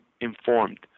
informed